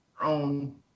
own